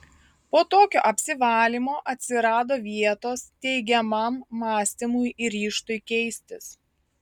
po tokio apsivalymo atsirado vietos teigiamam mąstymui ir ryžtui keistis